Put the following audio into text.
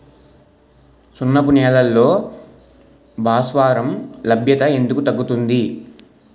సున్నపు నేలల్లో భాస్వరం లభ్యత ఎందుకు తగ్గుతుంది?